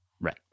Right